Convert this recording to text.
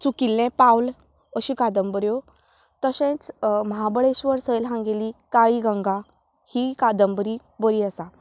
चुकिल्लें पावल अश्यो कादंबऱ्यो तशेंच महाबळेश्वर सैल हांगेली काळी गंगा ही कादंबरी बरी आसा